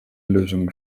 lösungen